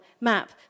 map